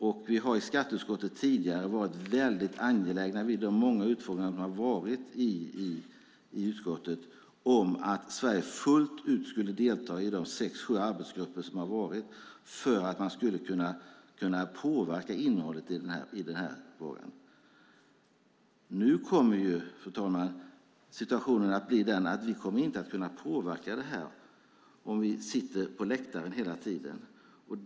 Vi har tidigare i skatteutskottet varit väldigt angelägna vid de många utfrågningar som har varit i utskottet om att Sverige fullt ut skulle delta i de sex sju arbetsgrupper som varit för att man skulle kunna påverka innehållet i denna fråga. Fru talman! Nu kommer situationen att bli den att vi inte kommer att kunna påverka det här om vi sitter på läktaren hela tiden.